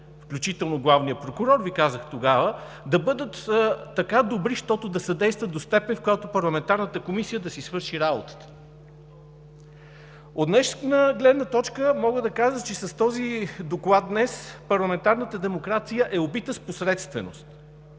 включително главният прокурор Ви казах тогава, да бъдат така добри, щото да съдействат до степен, в която парламентарната комисия да си свърши работата. От днешна гледна точка мога да кажа, че с този доклад парламентарната демокрация е убита с посредственост.